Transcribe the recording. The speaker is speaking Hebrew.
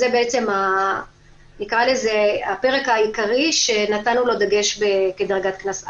זה הפרק העיקרי שנתנו לו דגש כדרגת קנס א'.